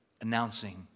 announcing